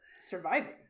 surviving